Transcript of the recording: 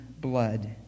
blood